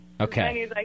Okay